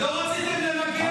לא רציתם למגן,